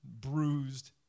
bruised